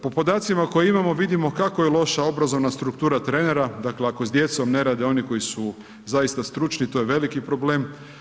Po podacima koje imamo vidimo kako je loša obrazovna struktura trenera, dakle, ako s djecom ne rade oni koji su zaista stručni, to je veliki problem.